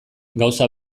gauza